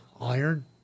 iron